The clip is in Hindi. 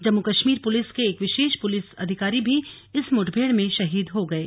जम्मू कश्मीर पुलिस के एक विशेष पुलिस अधिकारी भी इस मुठभेड़ में शहीद हो गये